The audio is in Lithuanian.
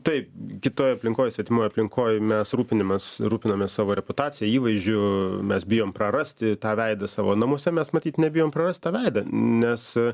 taip kitoj aplinkoj svetimoj aplinkoj mes rūpinimas rūpinamės savo reputacija įvaizdžiu mes bijom prarasti tą veidą savo namuose mes matyt nebijom prarast tą veidą nes